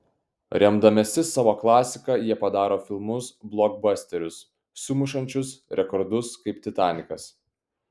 remdamiesi savo klasika jie padaro filmus blokbasterius sumušančius rekordus kaip titanikas